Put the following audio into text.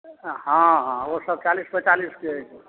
हॅं हॅं ओ सभ चालीस पैतालीस अछि